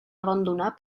abandonar